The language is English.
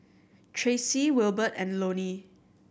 Tracie Wilbert and Lonnie